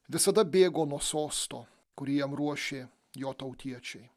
visada bėgo nuo sosto kurį jam ruošė jo tautiečiai